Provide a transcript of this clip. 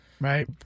Right